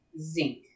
Zinc